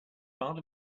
part